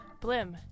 Blim